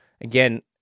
again